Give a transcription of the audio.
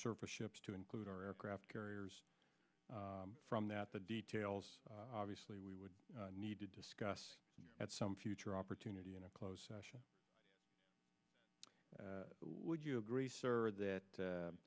surface ships to include our aircraft carriers from that the details obviously we would need to discuss at some future opportunity in a closed session would you agree sir that